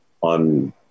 on